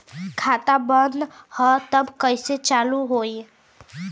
खाता बंद ह तब कईसे चालू होई?